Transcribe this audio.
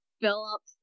Phillips